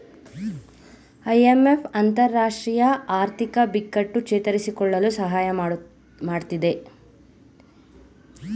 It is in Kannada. ಐ.ಎಂ.ಎಫ್ ಅಂತರರಾಷ್ಟ್ರೀಯ ಆರ್ಥಿಕ ಬಿಕ್ಕಟ್ಟು ಚೇತರಿಸಿಕೊಳ್ಳಲು ಸಹಾಯ ಮಾಡತ್ತಿದೆ